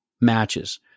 matches